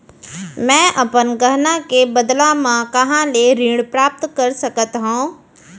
मै अपन गहना के बदला मा कहाँ ले ऋण प्राप्त कर सकत हव?